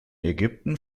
ägypten